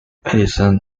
edison